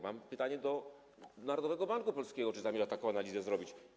Mam pytanie do Narodowego Banku Polskiego: Czy bank zamierza taką analizę wykonać?